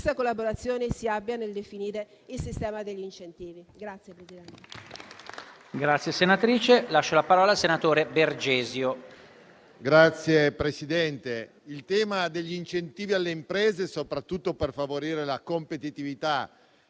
collaborazione si abbia nel definire il sistema degli